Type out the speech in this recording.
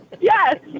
Yes